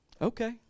Okay